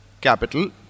capital